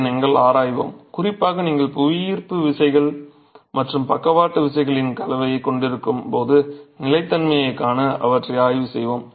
அதை நாங்கள் ஆராய்வோம் குறிப்பாக நீங்கள் புவியீர்ப்பு விசைகள் மற்றும் பக்கவாட்டு விசைகளின் கலவையைக் கொண்டிருக்கும் போது நிலைத்தன்மையைக் காண அவற்றை ஆய்வு செய்வோம்